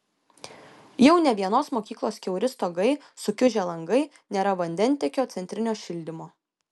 jau ne vienos mokyklos kiauri stogai sukiužę langai nėra vandentiekio centrinio šildymo